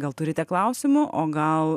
gal turite klausimų o gal